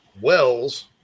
Wells